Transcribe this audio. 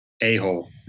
a-hole